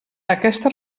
aquesta